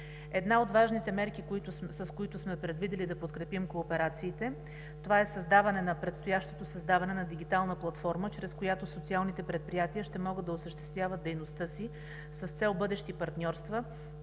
Една от важните мерки, с които сме предвидили да подкрепим кооперациите, това е предстоящото създаване на дигитална платформа, чрез която социалните предприятия ще могат да осъществяват дейността си с цел бъдещи партньорства,